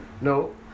No